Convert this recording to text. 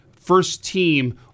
first-team